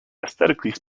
aesthetically